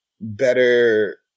better